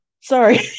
Sorry